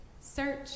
Search